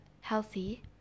healthy